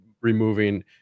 removing